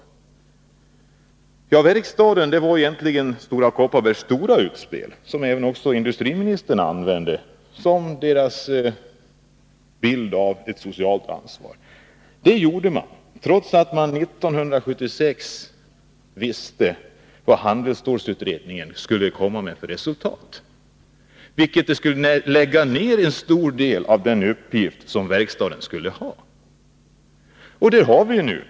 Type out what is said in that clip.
Den mekaniska verkstaden var egentligen Stora Kopparbergs verkliga utspel, något som också industriministern använde för att ge en bild av hur man tog ett socialt ansvar. Det här utspelet gjorde man, trots att man 1976 35 visste vad handelsstålsutredningen skulle komma att redovisa, innebärande att en stor del av verkstadens uppgifter skulle dras in. Där är vi nu.